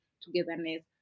togetherness